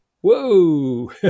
Whoa